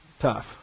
Tough